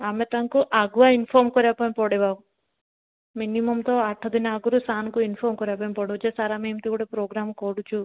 ଆମେ ତାଙ୍କୁ ଆଗୁଆ ଇନଫର୍ମ କରିବା ପାଇଁ ପଡ଼ିବ ମିନିମମ୍ ତ ଆଠ ଦିନ ଆଗରୁ ସାର୍ଙ୍କୁ ଇନଫର୍ମ କରିବା ପାଇଁ ପଡ଼ିବ ଯେ ସାର୍ ଆମେ ଏମିତି ଗୋଟେ ପ୍ରୋଗ୍ରାମ୍ କରୁଛୁ